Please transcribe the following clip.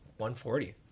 140